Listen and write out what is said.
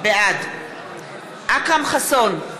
בעד אכרם חסון,